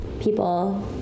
people